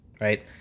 right